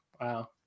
Wow